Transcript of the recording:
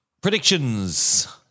Predictions